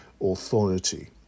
Authority